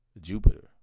Jupiter